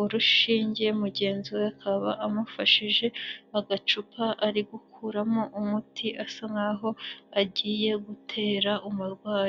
urushinge, mugenzi we akaba amufashije agacupa ari gukuramo umuti asa nk'aho agiye gutera umurwayi.